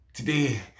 Today